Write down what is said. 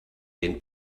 den